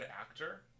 actor